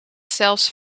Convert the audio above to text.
zelfs